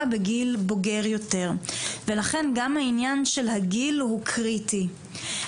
בגיל בוגר יותר ולכן גם העניין של הגיל הוא קריטי.